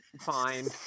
Fine